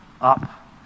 up